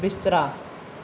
ਬਿਸਤਰਾ